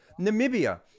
Namibia